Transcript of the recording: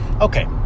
okay